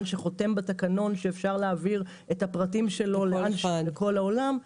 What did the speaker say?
שחותם בתקנון שאפשר להעביר את הפרטים שלו לכל העולם.